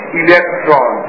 electron